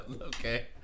okay